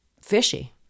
fishy